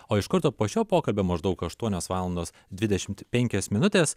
o iš karto po šio pokalbio maždaug aštuonios valandos dvidešimt penkios minutės